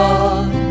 God